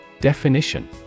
Definition